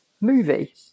movie